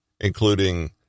including